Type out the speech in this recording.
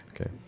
okay